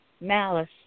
malice